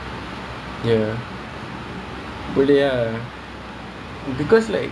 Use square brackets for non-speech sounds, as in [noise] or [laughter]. cycle cycle gitu boleh ah is that allowed [laughs]